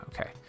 Okay